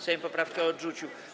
Sejm poprawkę odrzucił.